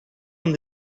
van